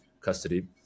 custody